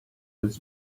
his